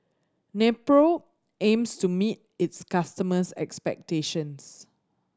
Nepro aims to meet its customers' expectations